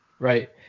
Right